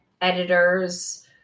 editors